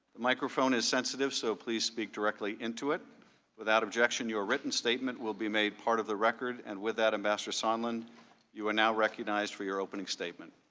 microphone is sensitive, so please speak directly into it without objection your written statement will be made a part of the record and with that, ambassador sondland you are now recognized for your opening statement.